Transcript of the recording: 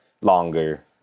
longer